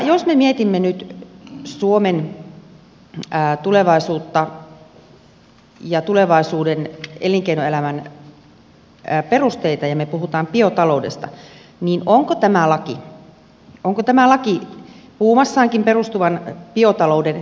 jos me mietimme nyt suomen tulevaisuutta ja tulevaisuuden elinkeinoelämän perusteita ja me puhumme biotaloudesta niin onko tämä laki puumassaankin perustuvan biotalouden tuki